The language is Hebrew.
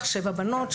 שבע בנות,